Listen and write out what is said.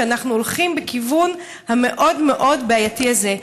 שאנחנו הולכים בכיוון המאוד-מאוד בעייתי הזה.